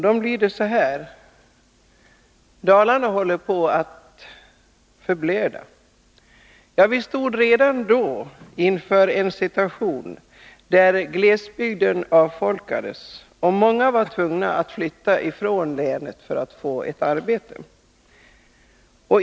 De lyder så här: ”Dalarna håller på att förblöda.” Vi stod redan då inför en situation, där glesbygden avfolkades och många var tvungna att flytta från länet för att få arbete.